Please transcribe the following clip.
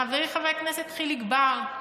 חברי חבר הכנסת חיליק בר.